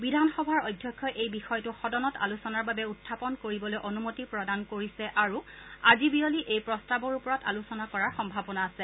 বিধানসভাৰ অধ্যক্ষই এই বিষয়টো সদনত আলোচনাৰ বাবে উখাপন কৰিবলৈ অনুমতি প্ৰদান কৰিছে আৰু আজি বিয়লি এই প্ৰস্তাৱৰ ওপৰত আলোচনা কৰাৰ সম্ভাৱনা আছে